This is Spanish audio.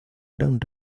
gran